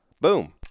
Boom